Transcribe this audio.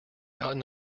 gotten